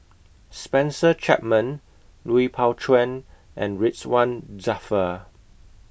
Spencer Chapman Lui Pao Chuen and Ridzwan Dzafir